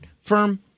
firm